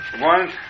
one